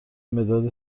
مداد